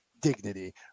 dignity